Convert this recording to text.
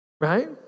Right